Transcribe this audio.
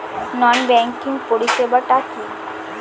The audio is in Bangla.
নন ব্যাংকিং পরিষেবা টা কি?